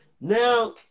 now